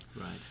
right